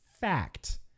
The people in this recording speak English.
Fact